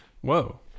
Whoa